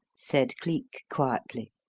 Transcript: said cleek quietly.